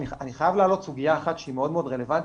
אני חייב להעלות סוגיה אחת מאוד רלוונטית